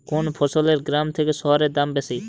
কোন ফসলের গ্রামের থেকে শহরে দাম বেশি?